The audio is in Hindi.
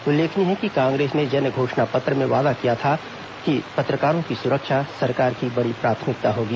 उल्लेखनीय है कि कांग्रेस ने जन घोषणा पत्र में वादा किया था कि पत्रकारों की सुरक्षा सरकार की बड़ी प्राथमिकता होगी